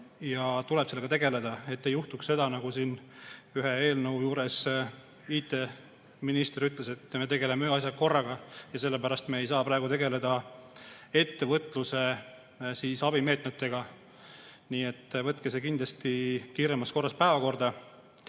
tuleb tegeleda, et ei juhtuks nii, nagu siin ühe eelnõu juures IT-minister ütles, et me tegeleme ühe asjaga korraga ja sellepärast me ei saa praegu tegeleda ettevõtluse abimeetmetega. Nii et võtke see kindlasti kiiremas korras päevakorda.